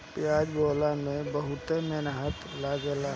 पियाज बोअला में बहुते मेहनत लागेला